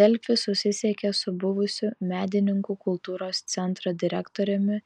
delfi susisiekė su buvusiu medininkų kultūros centro direktoriumi